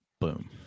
Boom